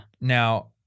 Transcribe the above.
Now